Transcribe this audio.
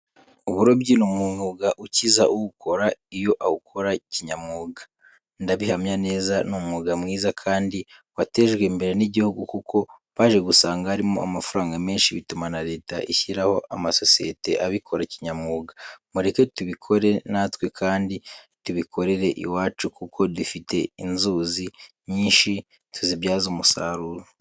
Uburobyi ni umwuga ukiza uwukora iyo awukora kinyamwuga. Ndabihamya neza ni umwuga mwiza kandi watejwe imbere n'igihugu kuko baje gusanga harimo amafaranga menshi bituma na Leta ishyiraho amasosiyete abikora kinyamwuga. Mureke tubikore natwe kandi tubikorere iwacu kuko dufite inzuzi nyinshi tuzibyaze umusaruro.